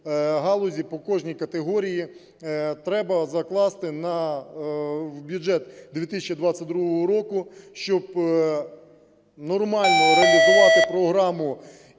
по кожній категорії треба закласти в бюджет 2022 року, щоб нормально реалізувати програму